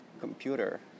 computer